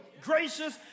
gracious